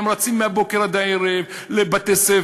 הם רצים מהבוקר עד הערב לבתי-ספר,